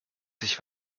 sich